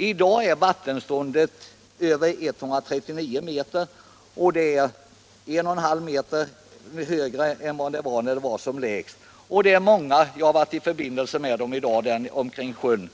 I dag är vattenståndet över 1,39 m, dvs. en och en halv meter högre än det var när det var som lägst. Många som bor omkring sjön